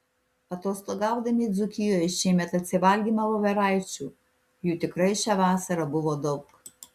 atostogaudami dzūkijoje šįmet atsivalgėme voveraičių jų tikrai šią vasarą buvo daug